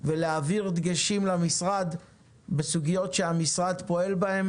ולהעביר דגשים למשרד בסוגיות שהמשרד פועל בהן